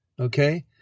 Okay